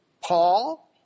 Paul